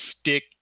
stick